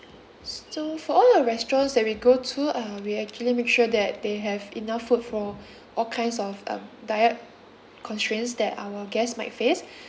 s~ so for all the restaurants that we go to uh we actually make sure that they have enough food for all kinds of um diet constraints that our guests might face